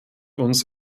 uns